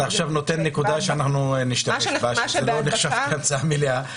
אתה עכשיו מעלה נקודה לפיה זה לא נחשב כהמצאה מלאה.